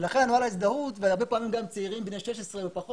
לכן נוהל הזדהות - והרבה פעמים צעירים בני 16 ופחות,